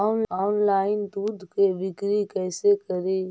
Online दुध के बिक्री कैसे करि?